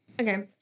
Okay